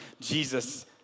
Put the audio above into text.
Jesus